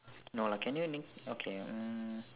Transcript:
no lah can you name okay mm